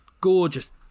gorgeous